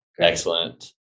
Excellent